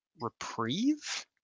Reprieve